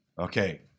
Okay